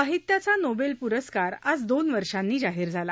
साहित्याचा नोबेल पुरस्कार आज दोन वर्षांनी जाहीर झाला